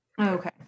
Okay